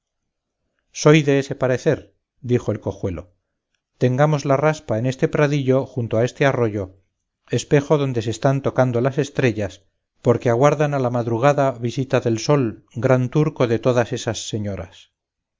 soy de ese parecer dijo el cojuelo tendamos la raspa en este pradillo junto a este arroyo espejo donde se están tocando las estrellas porque aguardan a la madrugada visita del sol gran turco de todas esas señoras